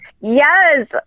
Yes